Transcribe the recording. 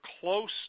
close